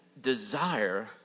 desire